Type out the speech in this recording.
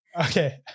Okay